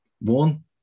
one